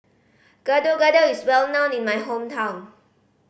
Gado Gado is well known in my hometown